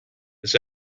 this